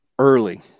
Early